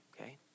okay